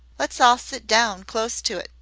let's all sit down close to it